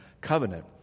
covenant